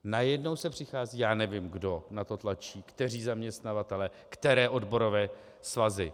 Najednou se přichází já nevím, kdo na to tlačí, kteří zaměstnavatelé, které odborové svazy.